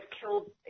killed